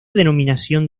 denominación